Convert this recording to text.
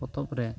ᱯᱚᱛᱚᱵᱽ ᱨᱮ